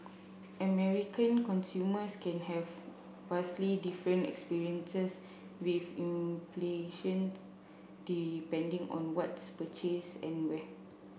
American consumers can have vastly different experiences with inflation's depending on what's purchased and where